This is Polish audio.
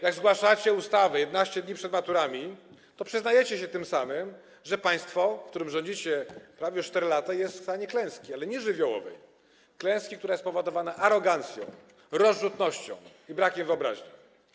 Jeśli zgłaszacie ustawę 11 dni przed maturami, przyznajecie tym samym, że państwo, którym rządzicie już prawie 4 lata, jest w stanie klęski - nie żywiołowej, ale klęski, która jest spowodowana arogancją, rozrzutnością i brakiem wyobraźni.